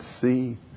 see